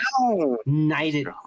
knighted